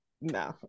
No